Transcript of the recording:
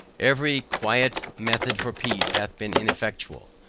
every quiet method for peace hath been ineffectual.